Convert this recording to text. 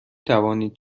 توانید